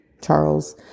charles